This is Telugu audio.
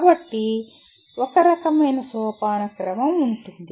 కాబట్టి ఒక రకమైన సోపానక్రమం ఉంది